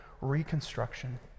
reconstruction